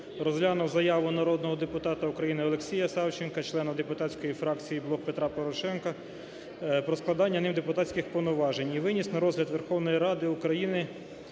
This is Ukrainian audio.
розглянув заяву народного депутата України Олексія Савченка, члена депутатської фракції "Блок Петра Порошенка" про складення ним депутатських повноважень і виніс на розгляд Верховної Ради України